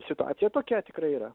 situacija tokia tikrai yra